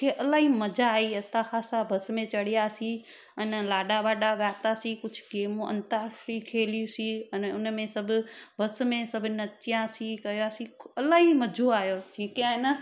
खे इलाही मज़ा आहे असां बस में चढ़ियासीं अने लाॾा वाडा ॻायासीं कुझु गेमूं अंताक्षरी खेलियुसी अने उन में सभु बस में सभिनि नचियासीं कयासीं इलाही मज़ो आहियोसीं जेके आहे न